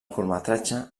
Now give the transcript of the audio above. curtmetratge